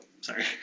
sorry